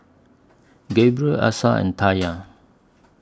Gabriel Asa and Tayla